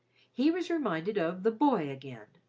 he was reminded of the boy again,